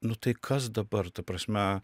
nu tai kas dabar ta prasme